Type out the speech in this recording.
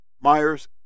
Myers